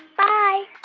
bye